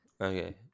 okay